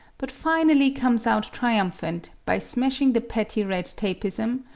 but finally comes out triumphant by smashing the petty red tapism,